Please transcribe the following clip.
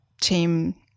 team